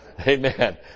Amen